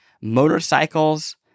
motorcycles